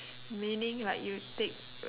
meaning like you take